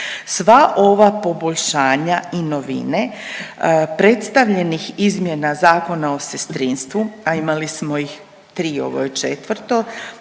Sva ova poboljšanja i novine predstavljenih izmjena Zakona o sestrinstvu, a imali smo ih tri, ovo je četvrto.